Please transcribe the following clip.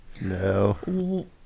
No